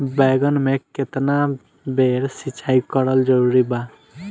बैगन में केतना बेर सिचाई करल जरूरी बा?